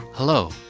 Hello